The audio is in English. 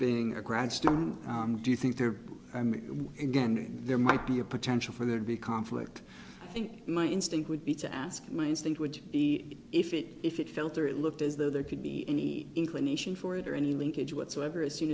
being a grad student do you think there i mean again there might be a potential for there to be conflict i think my instinct would be to ask my instinct would be if it if it felt or it looked as though there could be any inclination for it or any linkage whatsoever as soon